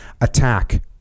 attack